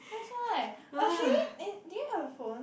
that's right I was really eh do you have your phone